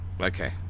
Okay